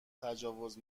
تجاوز